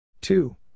Two